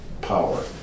power